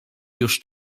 już